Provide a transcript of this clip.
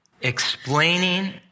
explaining